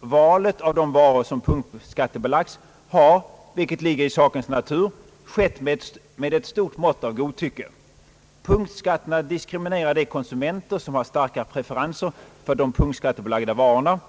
Valet av de varor som punktskattebelagts har, vilket ligger i sakens natur, skett med ett stort mått av godtycke. Punktskatterna diskriminerar de konsumenter som har starka preferenser för de punktskattebelagda varorna.